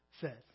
says